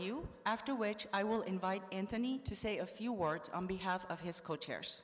you after which i will invite anthony to say a few words on behalf of his c